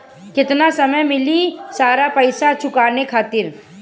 केतना समय मिली सारा पेईसा चुकाने खातिर?